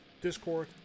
Discord